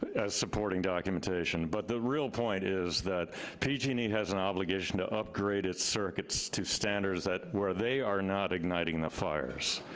as supporting documentation, but the real point is that pg and e has an obligation to upgrade its circuits to standards that where they are not igniting the fires.